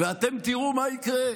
ואתם תראו מה יקרה,